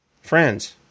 Friends